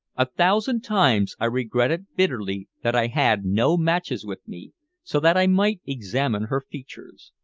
a thousand times i regretted bitterly that i had no matches with me so that i might examine her features.